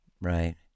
right